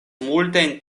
multajn